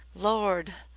lord,